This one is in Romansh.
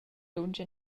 lunsch